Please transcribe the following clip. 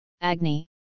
Agni